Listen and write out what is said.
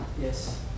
Yes